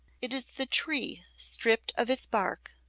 it is the tree stripped of its bark,